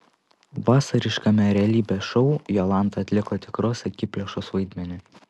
vasariškame realybės šou jolanta atliko tikros akiplėšos vaidmenį